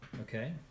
okay